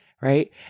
right